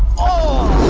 o